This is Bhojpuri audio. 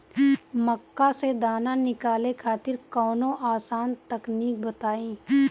मक्का से दाना निकाले खातिर कवनो आसान तकनीक बताईं?